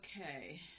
Okay